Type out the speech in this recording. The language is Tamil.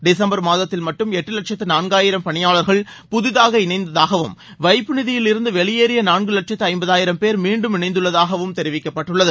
டிசும்பா் மாதத்தில் மட்டும் எட்டு வட்சத்து நான்காயிரம் பணியாளா்கள் புதிதாக இணைந்ததாகவும் வைபுநிதியில் இருந்து வெளியேறிய நான்கு வட்சத்து ஜம்பதாயிரம் பேர் மீண்டும் இணைந்துள்ளதாகவும் தெரிவிக்கப்பட்டுள்ளது